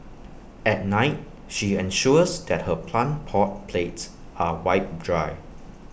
at night she ensures that her plant pot plates are wiped dry